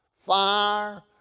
fire